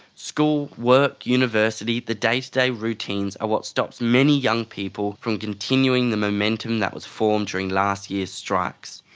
school, work, university, the day-to-day routines are what stops many young people from continuing the momentum that was formed during last year's strikes.